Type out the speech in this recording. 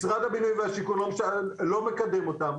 משרד הבינוי והשיכון לא מקדם אותם,